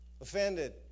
Offended